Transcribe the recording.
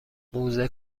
موزه